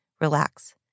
relax